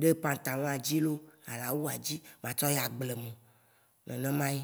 ɖo pantalon dzi loo alo awua dzi matsɔ yi agblèmo. Nènè ma yi.